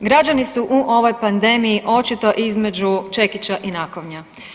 Građani su u ovoj pandemiji očito između čekića i nakovnja.